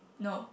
no